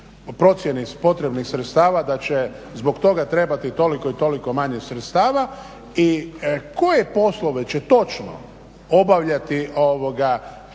procjeni potrebnih sredstava da će zbog toga trebati toliko i toliko manje sredstava i koje poslove će točno obavljati ti